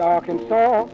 Arkansas